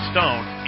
Stone